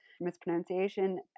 mispronunciation